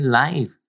life